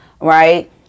right